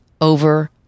over